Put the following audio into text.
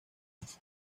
los